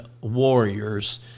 warriors